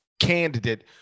candidate